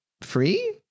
Free